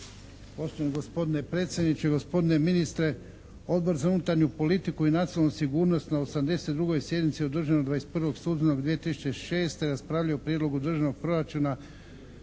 Poštovani gospodine predsjedniče, gospodine ministre! Odbor za unutarnju politiku i nacionalnu sigurnost na 82. sjednici održanoj 21. studenog 2006. raspravljao je o Prijedlogu državnog proračuna